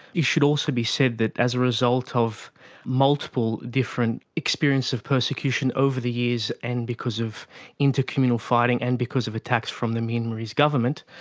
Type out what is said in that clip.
it should also be said that as a result of multiple different experiences of persecution over the years and because of intercommunal fighting and because of attacks from the myanmarese government,